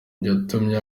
yatumye